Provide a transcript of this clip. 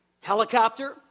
Helicopter